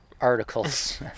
articles